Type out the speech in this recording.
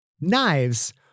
Knives